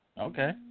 Okay